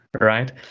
right